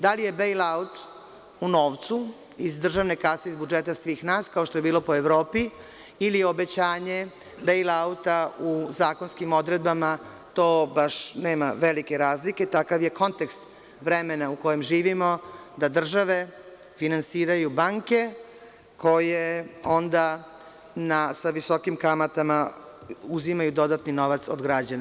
Da li je BEJLAUT u novcu iz državne kase, iz budžeta svih nas kao što je bilo po Evropi ili obećanje BEJLAUT u zakonskim odredbama to baš nema velike razlike, takav je kontekst vremena u kojem živimo da države finansiraju banke koje onda sa visokim kamatama uzimaju dodatni novac od građana.